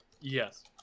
Yes